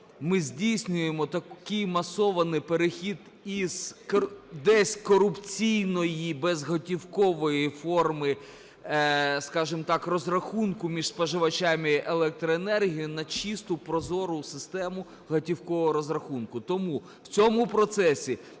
ми здійснюємо такий масований перехід із десь корупційної безготівкової форми, скажемо так, розрахунку між споживачам електроенергії на чисту, прозору систему готівкового розрахунку. Тому в цьому процесі